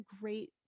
great